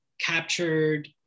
captured